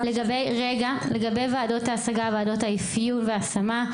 לגבי ועדות ההשגה, ועדות האפיון וההשמה,